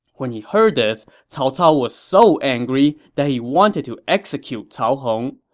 when he heard this, cao cao was so angry that he wanted to execute cao hong.